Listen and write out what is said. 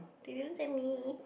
they didn't send me